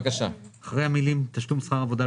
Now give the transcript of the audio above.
בסעיף 52ה(א),